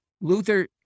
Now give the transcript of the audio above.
Luther